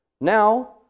Now